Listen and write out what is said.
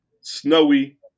snowy